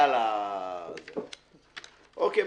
אוקיי.